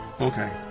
okay